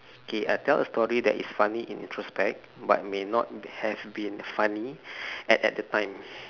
okay uh tell a story that is funny in introspect but may not have been funny at that the time